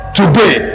today